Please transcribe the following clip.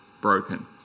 broken